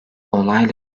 olayla